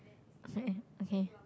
hm okay